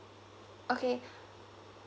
okay